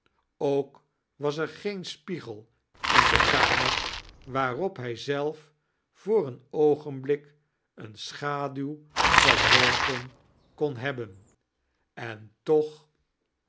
ook was er geen spiegel in de kamer waarop hij zelf voor een oogentolik een schaduw geworpen kon hebben en toch